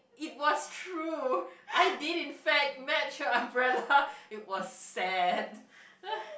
it was true I did in fact match her umbrella it was sad